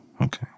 okay